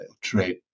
trade